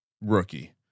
rookie